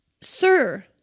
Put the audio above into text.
Sir